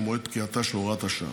שהוא מועד פקיעתה של הוראת השעה.